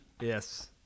Yes